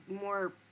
more